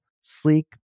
sleek